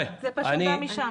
זה פשוט בא משם.